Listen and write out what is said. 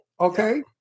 Okay